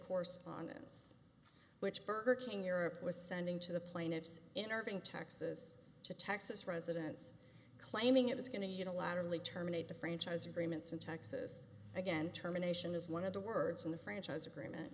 honest which burger king europe was sending to the plaintiffs in irving texas to texas residents claiming it was going to unilaterally terminate the franchise agreements in texas again terminations as one of the words in the franchise agreement